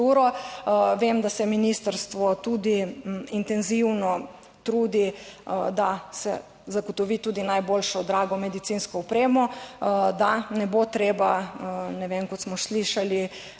Vem, da se ministrstvo tudi intenzivno trudi, da se zagotovi tudi najboljšo drago medicinsko opremo, da ne bo treba, ne vem, kot smo slišali,